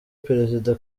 perezida